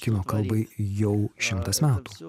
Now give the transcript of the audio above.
kino kalbai jau šimtas metų